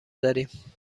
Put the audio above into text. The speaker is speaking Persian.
داریم